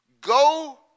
Go